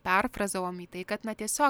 perfrazavom į tai kad na tiesiog